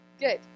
Good